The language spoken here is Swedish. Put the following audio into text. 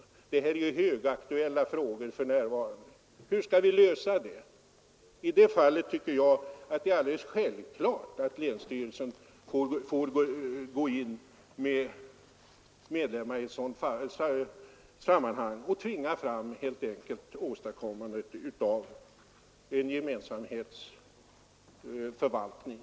Detta är högaktuella frågor för närvarande. Hur skall vi lösa dem? I det fallet tycker jag det är alldeles självklart att länsstyrelsen får gå in och helt enkelt tvinga fram en gemensamhetsförvaltning.